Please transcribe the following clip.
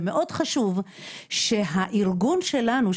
ומאוד חשוב שהארגון שלנו,